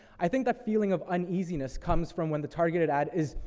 i think that feeling of uneasiness comes from when the targeted ad is,